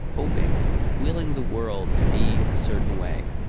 hoping willing the world to be a certain way.